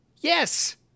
Yes